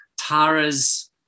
Tara's